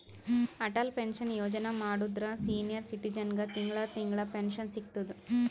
Atal pension ಯೋಜನಾ ಮಾಡುದ್ರ senior ಸಿಟಿಜನ್ಗ ತಿಂಗಳಾ ತಿಂಗಳಾ ಪೆನ್ಶನ್ ಸಿಗ್ತುದ್